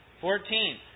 Fourteen